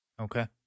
Okay